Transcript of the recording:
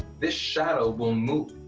this shadow will move.